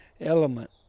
element